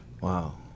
Wow